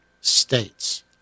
states